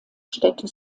städte